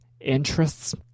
interests